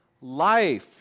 life